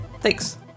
Thanks